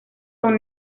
son